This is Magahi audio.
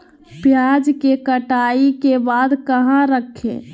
प्याज के कटाई के बाद कहा रखें?